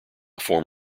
form